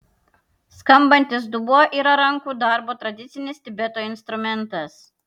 skambantis dubuo yra rankų darbo tradicinis tibeto instrumentas